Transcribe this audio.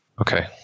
Okay